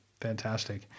Fantastic